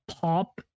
pop